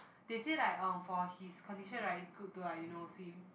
they said like uh for his condition right is good to like you know swim